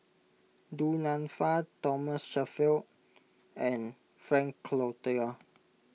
Du Nanfa Thomas Shelford and Frank Cloutier